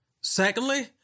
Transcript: Secondly